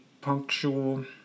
punctual